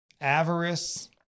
avarice